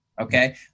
okay